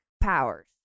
powers